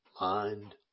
mind